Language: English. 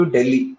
Delhi